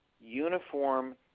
uniform